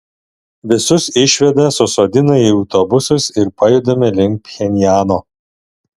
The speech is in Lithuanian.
visus išveda susodina į autobusus ir pajudame link pchenjano